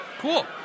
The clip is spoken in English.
Cool